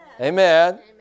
Amen